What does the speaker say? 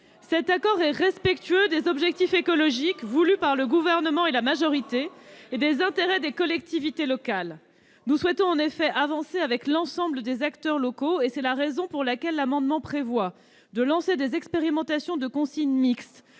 Cet accord est respectueux des objectifs écologiques voulus par le Gouvernement et la majorité et des intérêts des collectivités locales. Nous souhaitons avancer avec l'ensemble des acteurs locaux, raison pour laquelle cet amendement vise à lancer des expérimentations de consignes mixtes